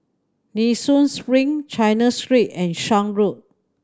Nee Soon Spring China Street and Shan Road